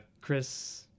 Chris